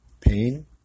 Pain